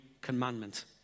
commandment